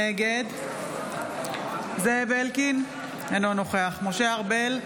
נגד זאב אלקין, אינו נוכח משה ארבל,